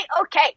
okay